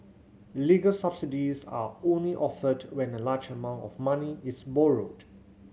legal subsidies are only offered when a large amount of money is borrowed